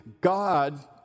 God